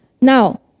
Now